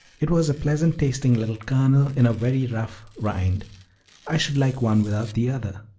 it was a pleasant-tasting little kernel in a very rough rind i should like one without the other.